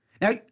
Now